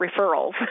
referrals